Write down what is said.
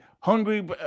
Hungry